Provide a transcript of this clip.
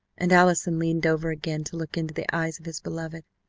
and allison leaned over again to look into the eyes of his beloved.